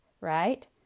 right